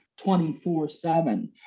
24-7